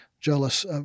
jealous